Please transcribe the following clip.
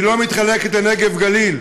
היא לא מתחלקת לנגב גליל,